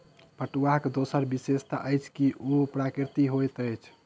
पटुआक दोसर विशेषता अछि जे ओ प्राकृतिक होइत अछि